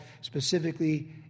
specifically